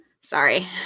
sorry